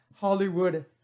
Hollywood